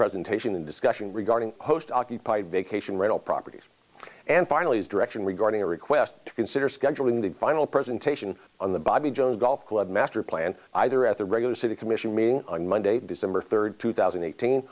presentation and discussion regarding host occupied vacation rental properties and finally is direction regarding a request to consider scheduling the final presentation on the bobby jones golf club master plan either at the regular city commission meeting on monday december third two thousand and eighteen